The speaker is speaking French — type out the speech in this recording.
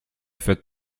faites